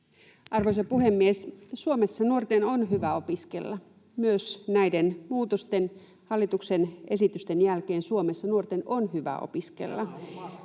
Arvoisa puhemies! Suomessa nuorten on hyvä opiskella. Myös näiden muutosten, hallituksen esityksen, jälkeen Suomessa nuorten on hyvä opiskella.